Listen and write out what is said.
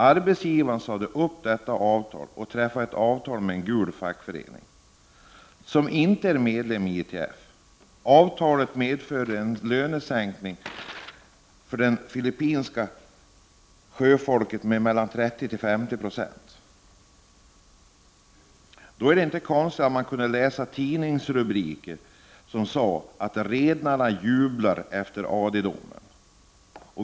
Arbetsgivaren sade upp detta avtal och träffade avtal med en ”gul” fackförening som inte var medlem i ITF. Avtalet medförde lönesänkningar för det filippinska sjöfolket med 30-50 90. Då är det inte konstigt att man kunde läsa tidningsrubriker där det sades att redarna jublar efter AD-domen.